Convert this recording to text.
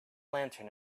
lantern